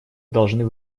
должны